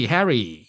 Harry